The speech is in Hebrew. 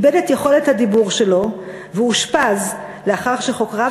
איבד את יכולת הדיבור שלו ואושפז לאחר שחוקריו